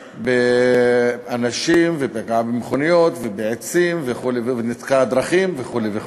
באנשים ופגעה במכוניות ובעצים וניתקה דרכים וכו' וכו'.